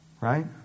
right